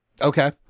Okay